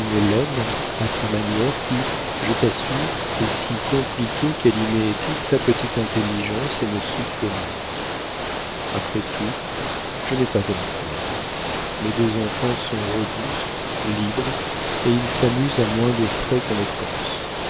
à sa manière qui je t'assure est si compliquée qu'elle y met toute sa petite intelligence et ne souffle mot après tout je n'ai pas à me plaindre mes deux enfants sont robustes libres et ils s'amusent à moins de frais qu'on ne pense